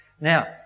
Now